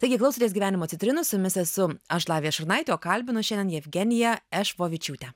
taigi klausomės gyvenimo citrinų su jumis esu aš lavija šurnaitė kalbinu šiandien jevgeniją ešvovičiūtę